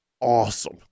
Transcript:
awesome